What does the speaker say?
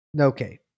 Okay